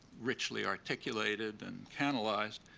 richly articulated and canalized,